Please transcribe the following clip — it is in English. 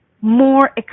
more